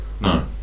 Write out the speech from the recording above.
No